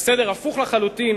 בסדר הפוך לחלוטין